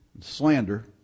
Slander